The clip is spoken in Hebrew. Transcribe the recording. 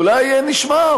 אולי נשמע,